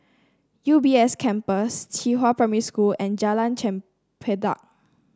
U B S Campus Qihua Primary School and Jalan Chempedak